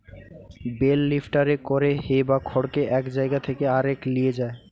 bell লিফ্টারে করে হে বা খড়কে এক জায়গা থেকে আরেক লিয়ে যায়